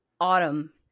autumn